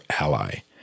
ally